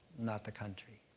not the country.